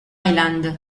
island